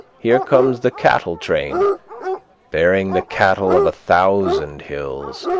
here comes the cattle-train bearing the cattle of a thousand hills,